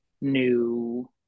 new